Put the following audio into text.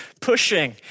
pushing